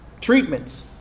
treatments